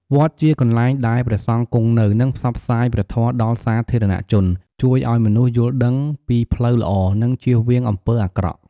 វត្តជាកន្លែងដែលព្រះសង្ឃគង់នៅ និងផ្សព្វផ្សាយព្រះធម៌ដល់សាធារណជន ជួយឱ្យមនុស្សយល់ដឹងពីផ្លូវល្អ និងចៀសវាងអំពើអាក្រក់។